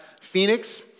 Phoenix